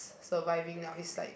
surviving now is like